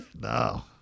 No